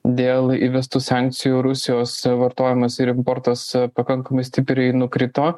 dėl įvestų sankcijų rusijos vartojimas ir importas pakankamai stipriai nukrito